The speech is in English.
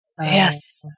Yes